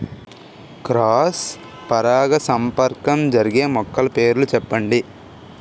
Cross పరాగసంపర్కం జరిగే మొక్కల పేర్లు చెప్పండి?